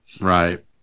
Right